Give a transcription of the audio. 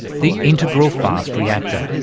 the integral fast reactor.